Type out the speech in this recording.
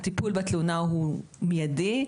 הטיפול בתלונה הוא מידי,